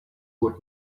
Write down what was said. would